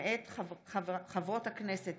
מאת חברת הכנסת